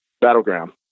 battleground